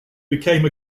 became